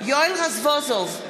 יואל רזבוזוב,